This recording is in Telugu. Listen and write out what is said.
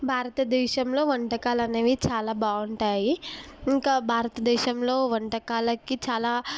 భారతదేశంలో వంటకాలు అనేవి చాలా బాగుంటాయి ఇంకా భారతదేశంలో వంటకాలకి చాలా